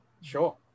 Sure